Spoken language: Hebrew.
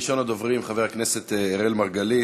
ראשון הדוברים, חבר הכנסת אראל מרגלית.